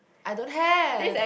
I don't have